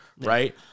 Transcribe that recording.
Right